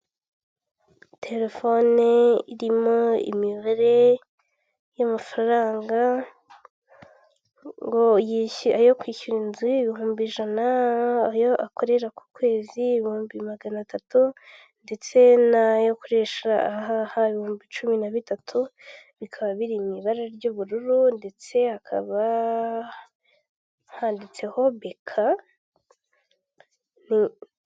Waba wifuza inzu wabamo ndetse nabawe kandi nziza iherereye heza kandi ifite umutekano. Hano tubafitiye nzu, ni inzu iherereye mumujyi wa Kigali iragurishwa amafaranga make cyane, aho irimo iragurishwa miliyoni mirongo irindwi n'eshanu, ni ukuri ntago ari uguhendwa uyiguze waba w'iyizigamiye. Ni inzu birimo biragaragara ko ifite uruganiriro rwiza, ifite ibyumba byiza kandi amadirishya meza sibyo gusa kandi igifite n'irange ryiza amatara meza cyane kandi agezweho n' ukuri izigamire ugura ino nzu ku giciro gito cyane.